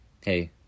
hey